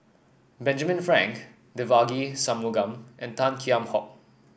Benjamin Frank Devagi Sanmugam and Tan Kheam Hock